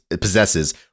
possesses